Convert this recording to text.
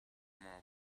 mob